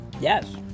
yes